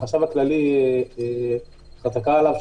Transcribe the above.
החשב הכללי חזקה עליו,